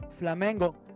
Flamengo